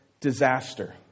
disaster